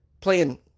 Playing